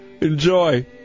Enjoy